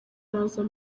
araza